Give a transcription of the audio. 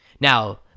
Now